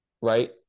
right